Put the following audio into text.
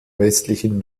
westlichen